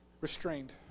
restrained